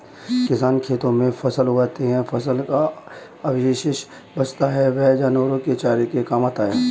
किसान खेतों में फसल उगाते है, फसल का अवशेष बचता है वह जानवरों के चारे के काम आता है